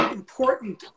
important